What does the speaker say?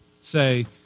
say